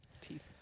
Teeth